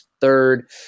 third